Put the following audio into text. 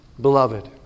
beloved